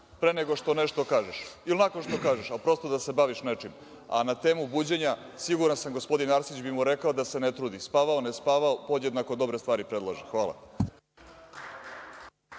pre nego što nešto kažeš, ili nakon što kažeš, ali prosto da se baviš nečim. Na temu buđenja, siguran sam, gospodin Arsić, bi mu rekao da se ne trudi, spavao, ne spavao podjednako dobre stvari predlaže. Hvala.